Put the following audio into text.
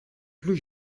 plus